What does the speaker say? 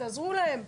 תעזרו להם".